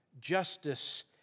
Justice